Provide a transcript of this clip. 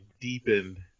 deepened